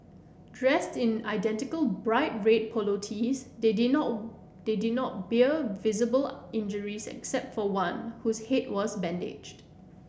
dressed in identical bright red polo tees they did not they did not bear visible injuries except for one whose head was bandaged